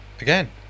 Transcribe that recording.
Again